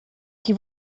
que